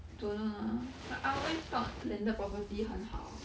don't know lah but I always thought landed property 很好